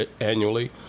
annually